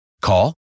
Call